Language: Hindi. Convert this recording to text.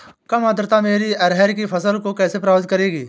कम आर्द्रता मेरी अरहर की फसल को कैसे प्रभावित करेगी?